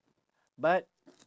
but